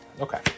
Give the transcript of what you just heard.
Okay